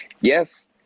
yes